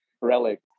relic